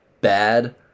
bad